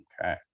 okay